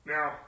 Now